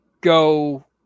go